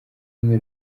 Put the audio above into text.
imwe